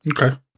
Okay